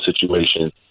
situation